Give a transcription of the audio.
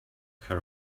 her